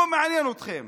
לא מעניין אתכם.